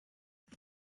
qué